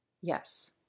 Yes